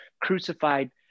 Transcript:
crucified